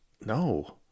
No